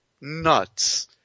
nuts